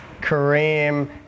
Kareem